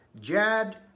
Jad